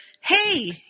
Hey